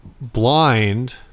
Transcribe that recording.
blind